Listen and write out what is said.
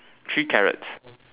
three carrots